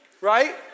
Right